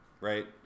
right